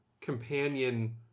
companion